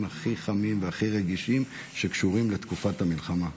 הכי חמים והכי רגישים שקשורים לתקופת המלחמה.